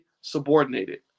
subordinated